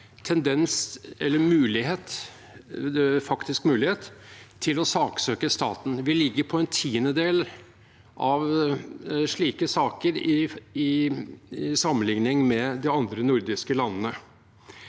faktisk mulighet til å saksøke staten. Vi ligger på en tiendedel av slike saker sammenlignet med de andre nordiske landene.